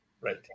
Right